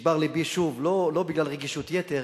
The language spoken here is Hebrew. נשבר לבי שוב, לא בגלל רגישות יתר,